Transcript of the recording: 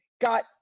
got